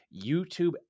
YouTube